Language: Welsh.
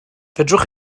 fedrwch